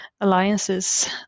alliances